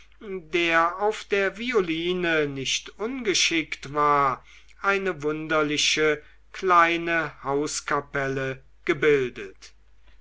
der auf der violine nicht ungeschickt war eine wunderliche kleine hauskapelle gebildet